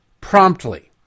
promptly